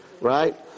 right